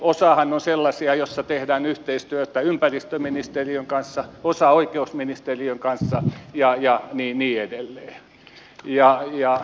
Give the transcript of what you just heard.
osahan on sellaisia joissa tehdään yhteistyötä ympäristöministeriön kanssa osassa oikeusministeriön kanssa ja niin edelleen